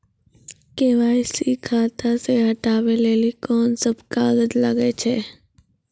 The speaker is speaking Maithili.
के.वाई.सी खाता से हटाबै लेली कोंन सब कागज लगे छै?